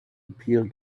appeal